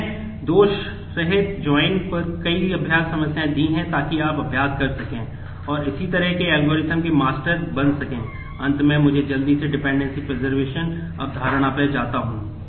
मैंने दोषरहित अवधारणा पर जाता हूँ